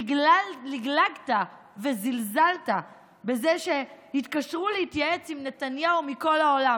לגלגת וזלזלת בזה שהתקשרו להתייעץ עם נתניהו מכל העולם,